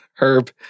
Herb